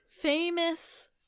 famous